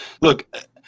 Look